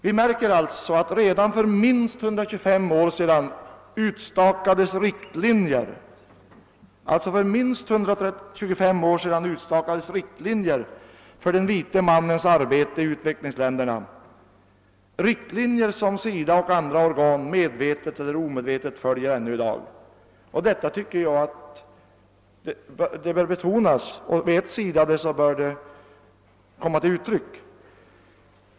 Vi märker alltså att det redan för minst 125 år sedan hade utstakats riktlinjer för den vite mannens arbete i utvecklingsländer, som SIDA och andra organ — medvetet eller omedvetet — ännu i dag följer. Detta bör betonas. Om det är känt för SIDA, bör SIDA också låta det komma till uttryck.